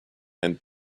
and